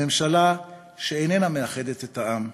הממשלה שאיננה מאחדת את העם,